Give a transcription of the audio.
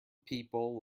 people